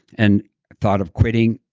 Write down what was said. and thought of quitting,